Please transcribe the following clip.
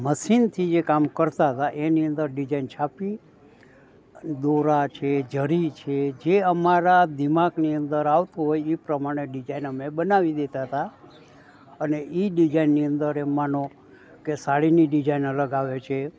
મશીનથી જે કામ કરતા હતા એની અંદર ડિજાઇન છાપી દોરા છે જરી છે જે અમારા દિમાગની અંદર આવતું હોય એ પ્રમાણે ડિજાઇન અમે બનાવી દેતા હતા અને એ ડિજાઇનની અંદર એમ માનો કે સાડીની ડિજાઇન અલગ આવે છે